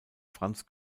franz